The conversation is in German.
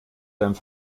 deinem